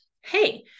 Hey